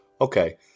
okay